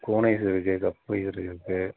cone ice இருக்குது cup ice இருக்குது